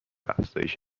افزایش